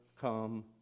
come